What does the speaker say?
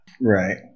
Right